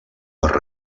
per